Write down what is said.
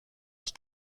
ich